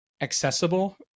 accessible